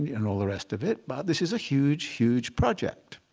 and all the rest of it. but this is a huge, huge project.